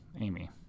Amy